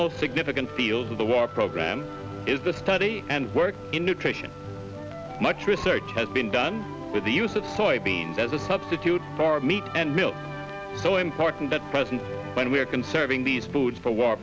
most significant fields of the walk program is the study and work in nutrition much research has been done with the use of soybeans as a substitute for meat and milk so important at present when we're conserving these fo